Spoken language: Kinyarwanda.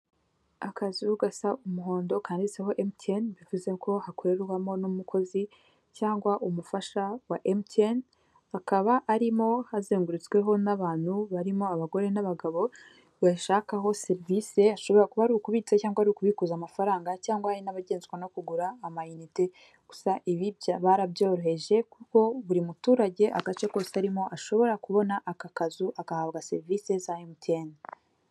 Akazu gasa umuhondo kanditseho emutiyeni bivuze ko hakorerwamo n'umukozi cyangwa umufasha wa emutiyeni akaba arimo hazengurutsweho n'abantu barimo abagore n'abagabo bayashakaho serivisi ashobora kuba ari ukubitsa cyangwa ari ukubikuza amafaranga cyangwa hari n'abagenzwa no kugura amayinite gusa ibi barabyoroheje kuko buri muturage agace kose arimo ashobora kubona aka kazu agahabwa serivisi za emutiyeni.